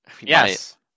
Yes